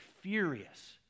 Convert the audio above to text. furious